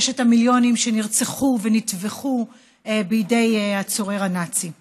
ששת המיליונים שנרצחו ונטבחו בידי הצורר הנאצי.